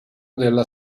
della